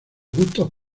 gustos